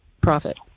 profit